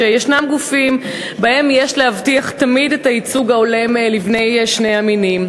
שיש גופים שבהם יש להבטיח תמיד את הייצוג ההולם לבני שני המינים.